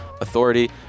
Authority